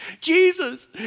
Jesus